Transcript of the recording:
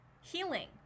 healing